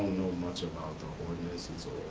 much about the ordnance until